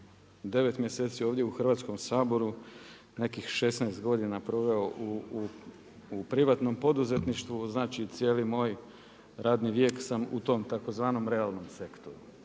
9 mjeseci ovdje u Hrvatskom saboru nekih 16 godina proveo u privatnom poduzetništvu. Znači cijeli moj radni vijek sam u tom tzv. realnom sektoru,